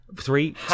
Three